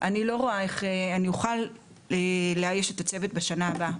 אני לא רואה איך אני אוכל לאייש את הצוות בשנה הבאה,